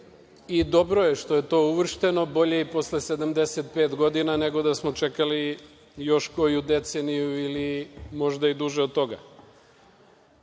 i dobro je što je to uvršteno, bolje i posle 75 godina, nego da smo čekali još koju deceniju ili možda i duže od toga. Ovo